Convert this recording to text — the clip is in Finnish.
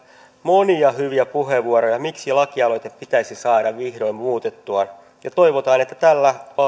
monia hyviä puheenvuoroja siitä miksi lakia pitäisi saada vihdoin muutettua ja toivotaan että tällä